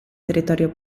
territorio